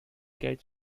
geld